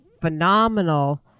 phenomenal